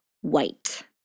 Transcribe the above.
white